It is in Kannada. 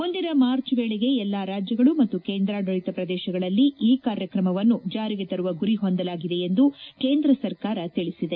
ಮುಂದಿನ ಮಾರ್ಚ್ ವೇಳೆಗೆ ಎಲ್ಲಾ ರಾಜ್ಞಗಳು ಮತ್ತು ಕೇಂದ್ರಾಡಳಿತ ಪ್ರದೇಶಗಳಲ್ಲಿ ಈ ಕಾರ್ಯಕ್ರಮವನ್ನು ಜಾರಿಗೆ ತರುವ ಗುರಿ ಹೊಂದಲಾಗಿದೆ ಎಂದು ಕೇಂದ್ರ ಸರ್ಕಾರ ತಿಳಿಸಿದೆ